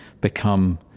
become